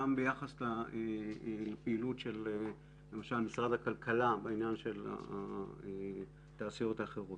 גם ביחס לפעילות משרד הכלכלה בעניין התעשיות האחרות.